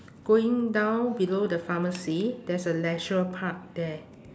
going down below the pharmacy there is a leisure park there